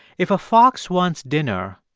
if a fox wants dinner,